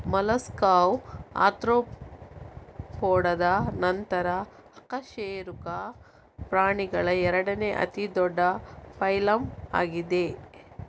ಮೊಲಸ್ಕಾವು ಆರ್ತ್ರೋಪೋಡಾದ ನಂತರ ಅಕಶೇರುಕ ಪ್ರಾಣಿಗಳ ಎರಡನೇ ಅತಿ ದೊಡ್ಡ ಫೈಲಮ್ ಆಗಿದೆ